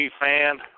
fan